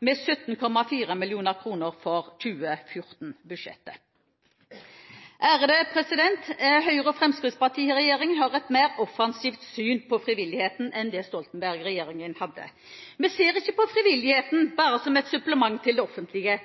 med 17,4 mill. kr for 2014-budsjettet. Høyre–Fremskrittsparti-regjeringen har et mer offensivt syn på frivilligheten enn det Stoltenberg-regjeringen hadde. Vi ser ikke på frivilligheten bare som et supplement til det offentlige,